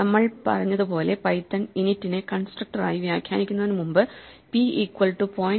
നമ്മൾ പറഞ്ഞതുപോലെ പൈത്തൺ ഇനിറ്റിനെ കൺസ്ട്രക്ടർ ആയി വ്യാഖ്യാനിക്കുന്നതിന് മുമ്പ് പി ഈക്വൽ റ്റു 0